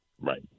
right